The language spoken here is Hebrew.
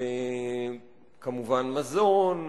כמובן מזון,